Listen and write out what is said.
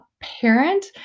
parent